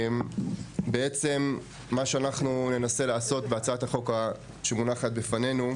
בעצם מה שאנחנו ננסה לעשות בהצעת החוק שמונחת בפנינו,